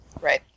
Right